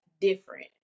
different